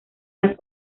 las